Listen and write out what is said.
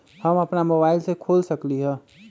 हम अपना मोबाइल से खोल सकली ह?